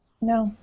No